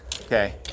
Okay